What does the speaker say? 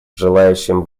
желающим